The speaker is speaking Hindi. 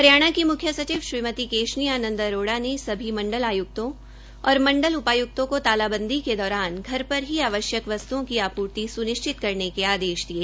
हरियाणा की मुख्य सचिव श्रीमती केशनी आनंद अरोड़ा ने सभी मंडल आय्क्तों और मंडल उपाय्क्तों को तालाबंदी की दौरान घर घर पर ही आवश्यक वस्त्ओं की आपूर्ति सुनिश्चित करने के आदेश दिये